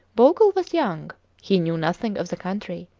bogle was young he knew nothing of the country,